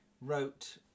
wrote